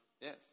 Yes